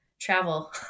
travel